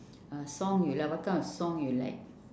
uh song you like what kind of song you like